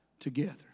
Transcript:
together